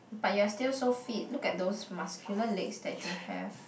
but you're still so fit look at those muscular legs that you have